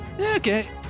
Okay